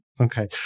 Okay